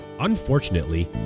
unfortunately